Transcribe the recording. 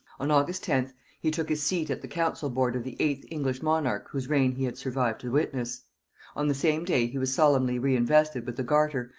on august tenth he took his seat at the council-board of the eighth english monarch whose reign he had survived to witness on the same day he was solemnly reinvested with the garter,